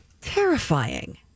terrifying